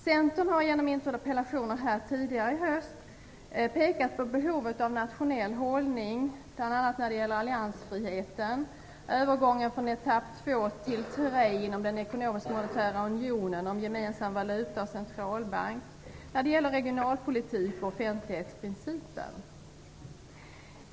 Centern har genom interpellationer tidigare här i höst pekat på behovet av nationell hållning bl.a. när det gäller alliansfriheten, övergången från etapp 2 till etapp 3 i fråga om den ekonomiska och monetära unionen samt gemensam valuta och centralbank, regionalpolitik och offentlighetsprincipen.